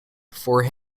for